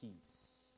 peace